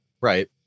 Right